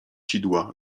sidła